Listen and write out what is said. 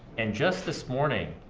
and just this morning,